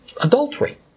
adultery